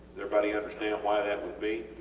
anybody understand why that would be?